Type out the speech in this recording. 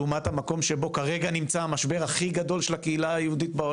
לעומת המקום שבו כרגע נמצא המשבר הכי גדול של הקהילה היהודית?